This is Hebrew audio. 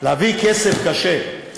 להביא כסף, קשה,